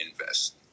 invest